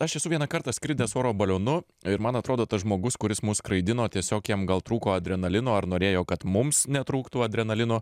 aš esu vieną kartą skridęs oro balionu ir man atrodo tas žmogus kuris mus skraidino tiesiog jam gal trūko adrenalino ar norėjo kad mums netrūktų adrenalino